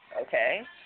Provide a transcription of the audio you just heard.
Okay